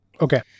Okay